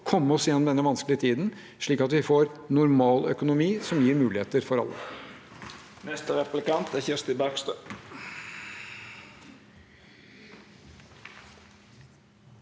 komme oss gjennom denne vanskelige tiden, slik at vi får normal økonomi som gir muligheter for alle.